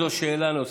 זו שאלה נוספת.